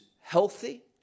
healthy